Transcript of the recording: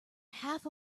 half